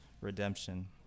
redemption